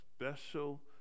special